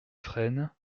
frênes